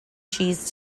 cheese